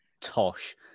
tosh